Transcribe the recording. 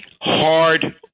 hard